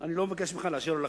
אני לא מבקש ממך לאשר או להכחיש.